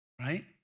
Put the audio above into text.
right